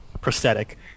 prosthetic